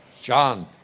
John